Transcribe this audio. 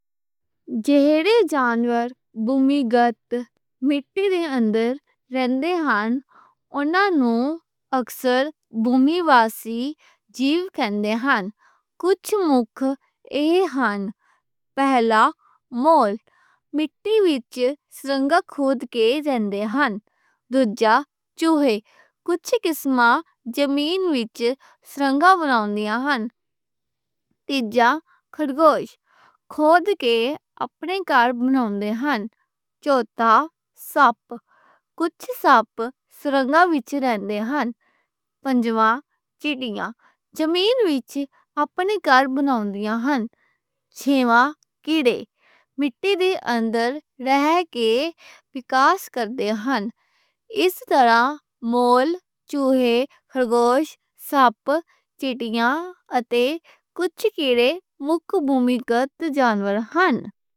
جیڑے جانور بُومی یعنی مِٹّی والے اندر رہن ہن، انہاں نوں اکثر بُومی باسی آکھ دے ہن۔ چوہے، خرگوش، ساپ تے کجھ کیڑے مِٹّی لے کے سرنگاں کھود دے ہن، اپنے بسیرے لیندے ہن۔ ایہ سرنگاں شکاریوں کولّوں بچاؤ دیندیاں ہن، موسم دی سختی توں بچان تے پانی جل دی نمی برقرار رکھن وچ مدد ملدی ہن۔ وِکاس کال وچ وی ایہ کوٹھیاں تلے رہن نال انہاں نوں سکھی سہولت ملدی ہن۔